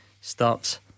Starts